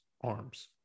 arms